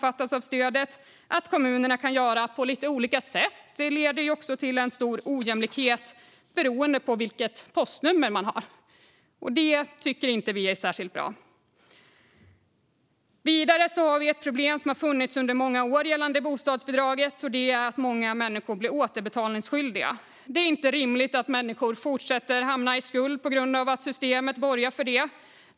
Att kommunerna kan göra på olika sätt leder till en stor ojämlikhet som beror på vilket postnummer man har, och detta tycker inte vi är särskilt bra. Vidare finns det ett problem som har funnits under många år gällande bostadsbidraget, och det är att många människor blir återbetalningsskyldiga. Det är inte rimligt att människor fortsätter att hamna i skuld på grund av att systemet borgar för det.